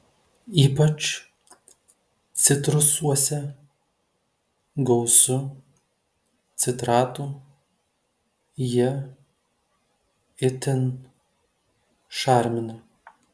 ypač citrusuose gausu citratų jie itin šarmina